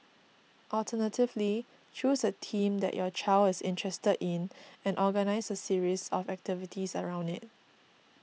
alternatively choose a theme that your child is interested in and organise a series of activities around it